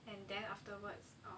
and then afterwards